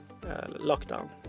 lockdown